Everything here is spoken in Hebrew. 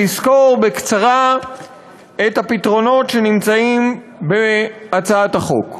לסקור בקצרה את הפתרונות שנמצאים בהצעת החוק.